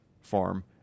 farm